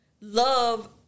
love